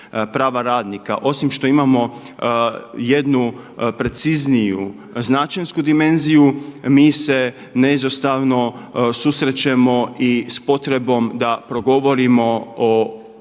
osim što imamo jednu precizniju značenjsku dimenziju, mi se neizostavno susrećemo i s potrebom da progovorimo s ove